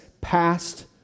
past